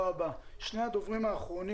ארז קיטה, מנכ"ל "אור ירוק",